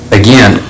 again